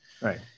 right